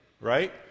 right